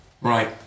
Right